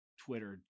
Twitter